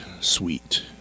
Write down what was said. sweet